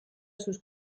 sus